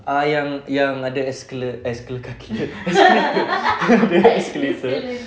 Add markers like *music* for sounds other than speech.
ah yang yang ada escala~ escala~ kaki *laughs* escalator